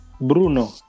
Bruno